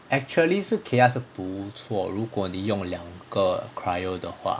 actually 是 kaeya 是不错如果你用两个 cyro 的话